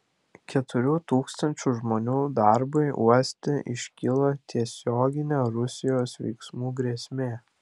keturių tūkstančių žmonių darbui uoste iškilo tiesioginė rusijos veiksmų grėsmė